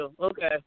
Okay